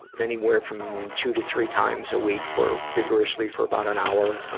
and anywhere from two to three times a week for, vigorously, for about an hour.